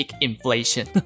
inflation